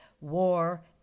war